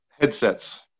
headsets